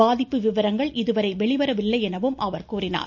பாதிப்பு விவரங்கள் இதுவரை வெளிவரவில்லை எனவும் அவர் கூறினார்